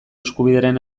eskubidearen